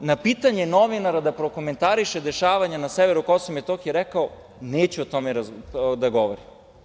na pitanje novinara da prokomentariše dešavanja na severu KiM, rekao je - Neću o tome da govorim.